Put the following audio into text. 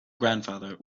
grandfather